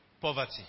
poverty